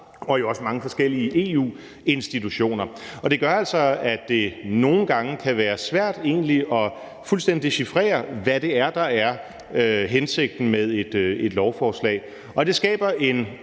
forskellige EU-institutioner. Det gør altså, at det nogle gange kan være svært egentlig fuldstændig at dechifrere, hvad det er, der er hensigten med et lovforslag,